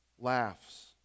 laughs